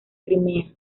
crimea